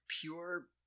pure